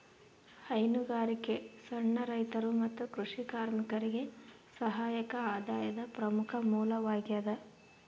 ಹೈನುಗಾರಿಕೆ ಸಣ್ಣ ರೈತರು ಮತ್ತು ಕೃಷಿ ಕಾರ್ಮಿಕರಿಗೆ ಸಹಾಯಕ ಆದಾಯದ ಪ್ರಮುಖ ಮೂಲವಾಗ್ಯದ